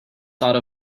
thought